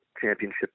championship